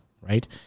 right